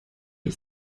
ich